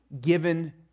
given